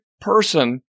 person